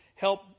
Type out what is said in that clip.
help